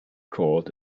called